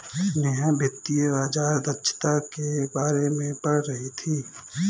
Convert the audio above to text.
नेहा वित्तीय बाजार दक्षता के बारे में पढ़ रही थी